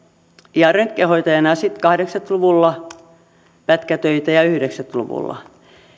ja röntgenhoitajana sitten pätkätöitä kahdeksankymmentä luvulla ja yhdeksänkymmentä luvulla